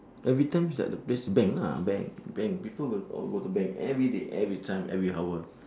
every time is like the best bank lah bank bank people will all go to bank everyday every time every hour